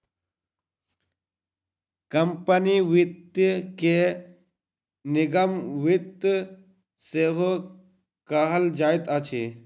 company वित्त के निगम वित्त सेहो कहल जाइत अछि